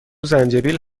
زنجبیل